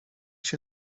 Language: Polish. się